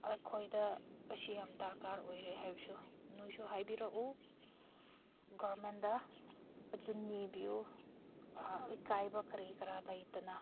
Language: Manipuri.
ꯑꯩꯈꯣꯏꯗ ꯑꯁꯤ ꯌꯥꯝ ꯗꯔꯀꯥꯔ ꯑꯣꯏꯔꯦ ꯍꯥꯏꯕꯁꯨ ꯅꯣꯏꯁꯨ ꯍꯥꯏꯕꯤꯔꯛꯎ ꯒꯔꯃꯦꯟꯗ ꯑꯗꯨ ꯅꯤꯕꯤꯌꯨ ꯏꯀꯥꯏꯕ ꯀꯔꯤ ꯀꯔꯥ ꯂꯩꯇꯅ